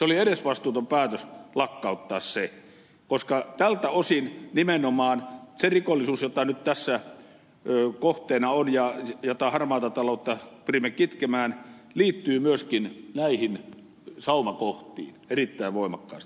oli edesvastuuton päätös lakkauttaa se koska tältä osin nimenomaan se rikollisuus harmaa talous joka nyt tässä kohteena on ja jota pyrimme kitkemään liittyy myöskin näihin saumakohtiin erittäin voimakkaasti